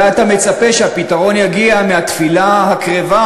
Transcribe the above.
אולי אתה מצפה שהפתרון יגיע מהתפילה הקרבה